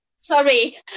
sorry